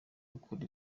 ukora